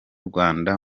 rwanda